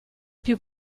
più